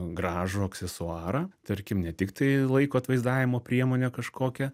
gražų aksesuarą tarkim ne tiktai laiko atvaizdavimo priemonę kažkokią